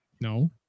No